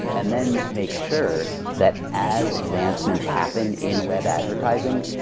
and then, make sure that as advancements happen in web advertising,